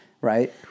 Right